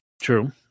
true